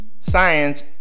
Science